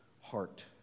heart